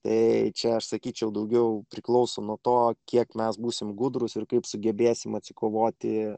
tai čia aš sakyčiau daugiau priklauso nuo to kiek mes būsime gudrūs ir kaip sugebėsime atsikovoti